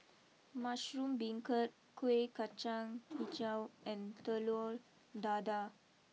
Mushroom Beancurd Kueh Kacang Hijau and Telur Dadah